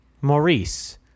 Maurice